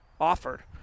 offered